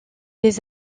des